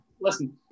listen